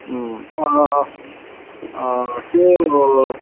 उम् अँ अँ त्यो